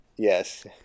Yes